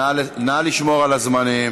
נא לשמור על הזמנים.